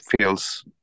feels